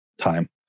time